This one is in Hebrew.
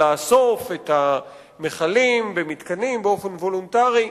לאסוף את המכלים במתקנים באופן וולונטרי.